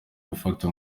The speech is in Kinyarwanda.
gufata